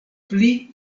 pli